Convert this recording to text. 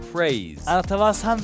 Praise